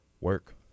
work